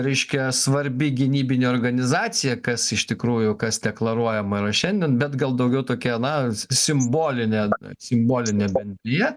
reiškia svarbi gynybinė organizacija kas iš tikrųjų kas deklaruojama yra šiandien bet gal daugiau tokia na simbolinė simbolinė bendrija